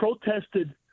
protested